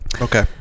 Okay